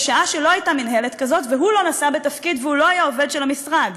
בשעה שלא הייתה מינהלת כזאת והוא לא נשא בתפקיד ולא היה עובד המשרד.